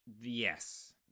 Yes